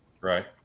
Right